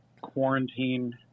quarantine